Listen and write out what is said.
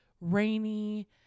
rainy